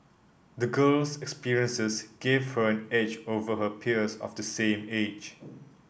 the girl's experiences gave her an edge over her peers of the same age